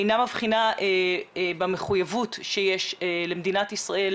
אינה מבחינה במחויבות שיש למדינת ישראל,